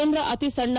ಕೇಂದ್ರ ಅತಿಸಣ್ಣ